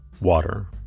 water